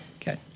Okay